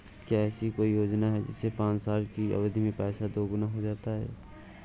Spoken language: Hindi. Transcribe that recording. क्या ऐसी कोई योजना है जिसमें पाँच साल की अवधि में पैसा दोगुना हो जाता है?